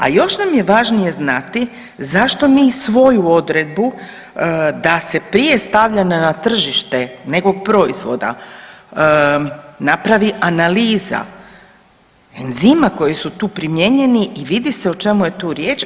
A još nam je važnije znati zašto mi svoju odredbu da se prije stavljanja na tržište nekog proizvoda, napravi analiza enzima koji su tu primijenjeni i vidi se o čemu je tu riječ.